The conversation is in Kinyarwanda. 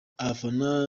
abafana